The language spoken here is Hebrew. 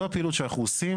זו הפעילות שאנחנו עושים,